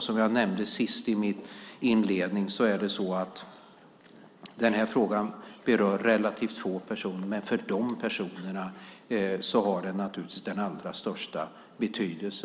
Som jag nämnde i mitt inledande svar berör den här frågan relativt få personer, men för dem har den naturligtvis den allra största betydelse.